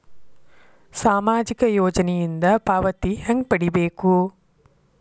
ಸಾಮಾಜಿಕ ಯೋಜನಿಯಿಂದ ಪಾವತಿ ಹೆಂಗ್ ಪಡಿಬೇಕು?